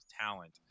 talent